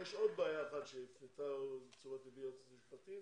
יש עוד בעיה אחת שהפנתה את תשומת ליבי היועצת המשפטית,